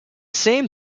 same